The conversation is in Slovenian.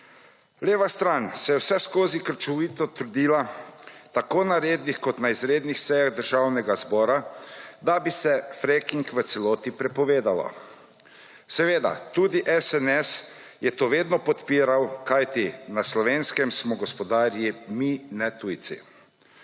Leva stran je vseskozi krčevito trdila tako na rednih kot na izrednih sejah Državnega zbora, da bi se fracking v celoti prepovedalo. Seveda tudi SNS je to vedno podpiral, kajti na Slovenskem smo gospodarji mi, ne tujci.